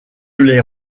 les